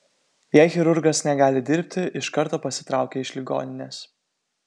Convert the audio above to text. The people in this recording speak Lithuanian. jei chirurgas negali dirbti iš karto pasitraukia iš ligoninės